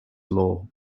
law